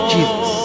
Jesus